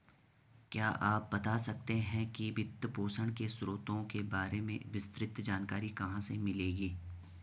क्या आप बता सकते है कि वित्तपोषण के स्रोतों के बारे में विस्तृत जानकारी कहाँ से मिलेगी?